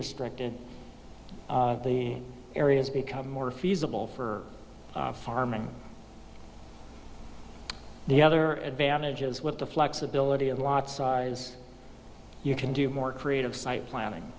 restricted the areas become more feasible for farming the other advantages with the flexibility of a lot size you can do more creative site planning